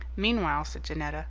meanwhile, said janetta,